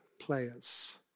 players